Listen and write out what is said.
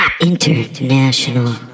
international